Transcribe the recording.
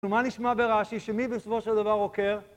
ומה נשמע ברש״י, שמי בסופו של דבר עוקר?